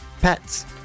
pets